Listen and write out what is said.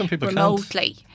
remotely